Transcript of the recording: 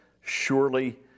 surely